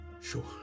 Sure